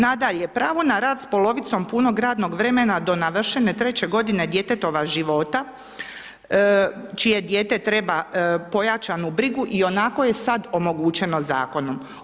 Nadalje, pravo na rad s polovicom punog radnog vremena do navršene treće godine djetetova života čije dijete treba pojačanu brigu ionako je sad omogućeno zakonom.